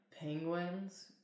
penguins